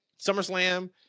SummerSlam